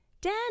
Dan